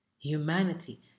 humanity